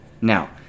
Now